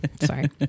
Sorry